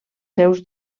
seus